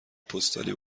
پستالی